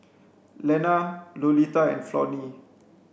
Lena Lolita and Flonnie